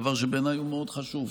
דבר שבעיניי הוא מאוד חשוב,